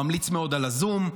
ממליץ מאוד על הזום,